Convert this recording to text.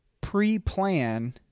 pre-plan